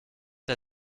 der